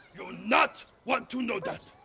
you not want to know that.